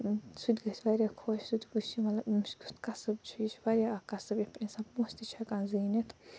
سُہ تہِ گَژھِ واریاہ خوش سُہ تہِ وٕچھِ یہِ مَطلَب أمس کیُتھ کَسٕب چھُ یہِ چھُ واریاہ اکھ کَسٕب یَتھ پٮ۪ٹھ اِنسان پونٛسہِ تہِ چھِ ہٮ۪کان زیٖنِتھ